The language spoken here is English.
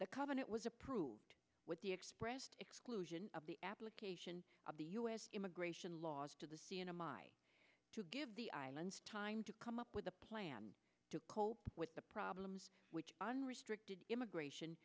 the covenant was approved with the expressed exclusion of the application of the us immigration laws to the scene of my to give the islands time to come up with a plan to cope with the problems which unrestricted immigration